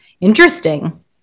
interesting